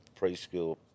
preschool